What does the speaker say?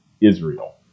Israel